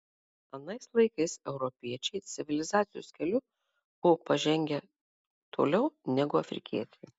anais laikais europiečiai civilizacijos keliu buvo pažengę toliau negu afrikiečiai